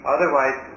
Otherwise